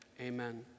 Amen